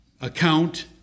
account